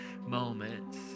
moments